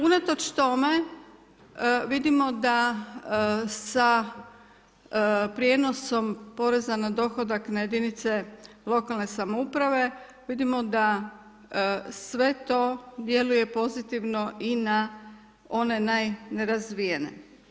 Unatoč tome, vidimo da sa prijenosom poreza na dohodak na jedinice lokalne samouprave, vidimo da sve to djeluje pozitivno i na one najnerazvijene.